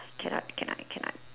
cannot cannot cannot